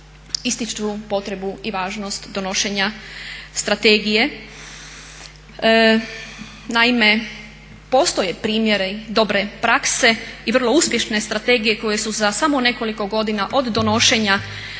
ističu potrebu i važnost donošenja strategije. Naime, postoje primjeri dobre prakse i vrlo uspješne strategije koji su za samo nekoliko godina od donošenja